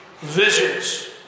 visions